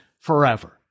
forever